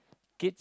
kids